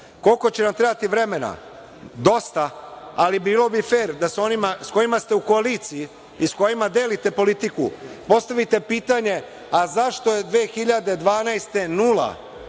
Koliko će nam trebati vremena? Dosta, ali bilo bi fer da sa onima sa kojima ste u koaliciji i sa kojima delite politiku, postavite pitanje – a zašto je 2012.